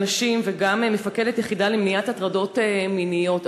נשים וגם מפקדת יחידה למניעת הטרדות מיניות.